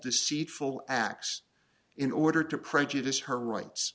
deceitful acts in order to prejudice her rights